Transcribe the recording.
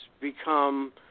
become